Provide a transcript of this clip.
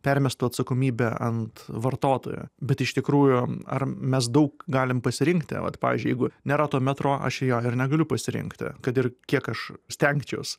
permestų atsakomybę ant vartotojo bet iš tikrųjų ar mes daug galim pasirinkti vat pavyzdžiui jeigu nėra to metro aš jo ir negaliu pasirinkti kad ir kiek aš stengčiaus